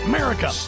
America